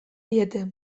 diete